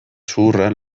zuhurra